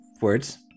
words